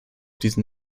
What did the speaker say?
diesen